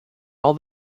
all